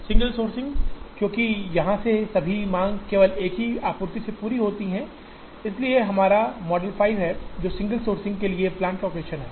single sourcing क्योंकि यहां से सभी मांग केवल एक आपूर्ति से पूरी होती है इसलिए यह हमारा मॉडल 5 है जो सिंगल सोर्सिंग के लिए प्लांट लोकेशन है